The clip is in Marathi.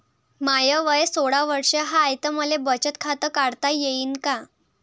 माय वय सोळा वर्ष हाय त मले बचत खात काढता येईन का?